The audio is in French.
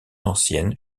ancienne